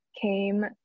came